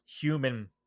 human